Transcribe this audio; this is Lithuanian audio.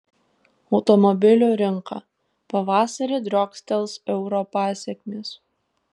automobilių rinka pavasarį driokstels euro pasekmės